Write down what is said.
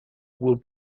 will